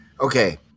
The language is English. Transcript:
okay